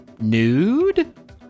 nude